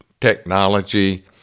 technology